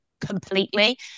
completely